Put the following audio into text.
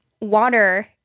water